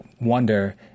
wonder